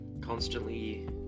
constantly